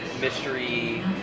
mystery